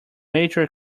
major